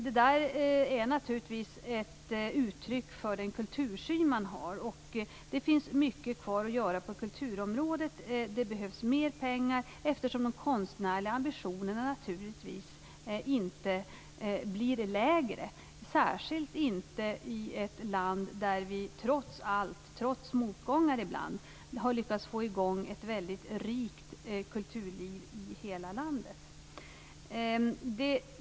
Det är naturligtvis ett uttryck för den kultursyn man har. Det finns mycket kvar att göra på kulturområdet. Det behövs mer pengar, eftersom de konstnärliga ambitionerna inte blir lägre. Särskilt inte i ett land där vi trots motgångar ibland har lyckats får i gång ett väldigt rikt kulturliv i hela landet.